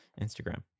Instagram